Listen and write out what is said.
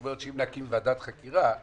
זאת אומרת שאם נקים ועדת חקירה אז